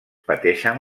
pateixen